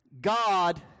God